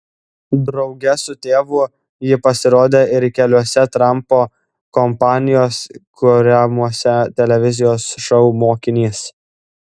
drauge su tėvu ji pasirodė ir keliuose trampo kompanijos kuriamuose televizijos šou mokinys